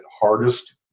hardest